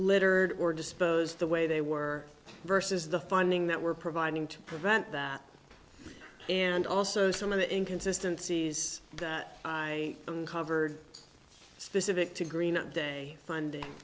littered or disposed the way they were versus the finding that we're providing to prevent that and also some of the inconsistent sees that i uncovered specific to green day fund